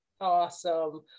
Awesome